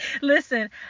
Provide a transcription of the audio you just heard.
Listen